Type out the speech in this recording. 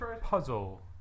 puzzle